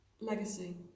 legacy